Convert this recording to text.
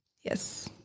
Yes